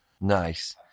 Nice